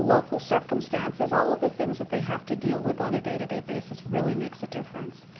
local circumstances, all of the things that they have to deal with on a day-to-day basis really makes a difference.